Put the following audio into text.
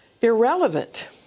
irrelevant